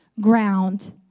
ground